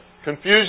Confusion